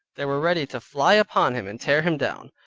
they were ready to fly upon him and tear him down.